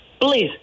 Please